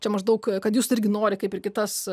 čia maždaug kad jūs irgi nori kaip ir kitas